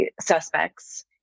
suspects